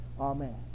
Amen